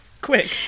Quick